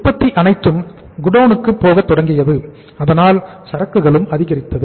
உற்பத்தி அனைத்தும் குடோனுக்கு போகத் தொடங்கியது அதனால் சரக்குகளும் அதிகரித்தது